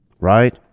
right